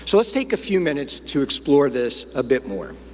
so let's take a few minutes to explore this a bit more.